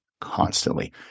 constantly